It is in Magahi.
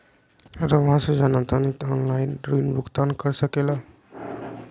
रहुआ से जाना तानी ऑनलाइन ऋण भुगतान कर सके ला?